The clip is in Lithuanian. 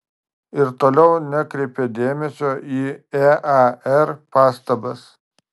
ir toliau nekreipė dėmesio į ear pastabas